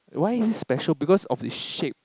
why is it special because of the shape